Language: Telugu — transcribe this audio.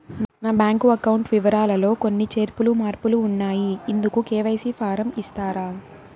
నా బ్యాంకు అకౌంట్ వివరాలు లో కొన్ని చేర్పులు మార్పులు ఉన్నాయి, ఇందుకు కె.వై.సి ఫారం ఇస్తారా?